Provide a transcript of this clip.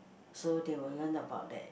so they will learn about that